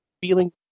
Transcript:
Feeling